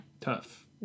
Tough